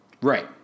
right